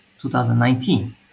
2019